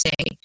say